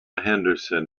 henderson